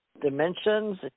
Dimensions